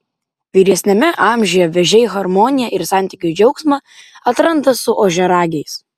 vyresniame amžiuje vėžiai harmoniją ir santykių džiaugsmą atranda su ožiaragiais